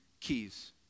keys